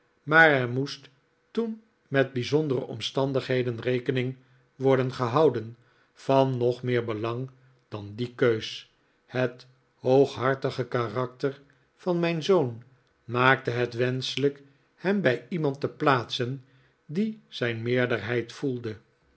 maar er moest toen met bijzondere omstandigheden rekening worden gehouden van nog meer belang dan die keus het hooghartige karakter van mijn zoon maakte het wenschelijk hem bij iemand te plaatsen die zijn meerderheid voelde